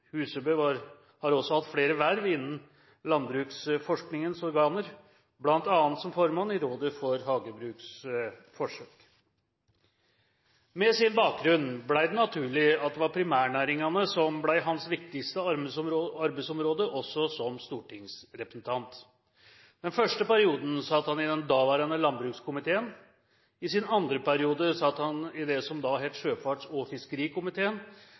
det var primærnæringene som ble hans viktigste arbeidsområde også som stortingsrepresentant. Den første perioden satt han i den daværende landbrukskomiteen. I sin andre periode satt han i det som da het sjøfarts- og fiskerikomiteen,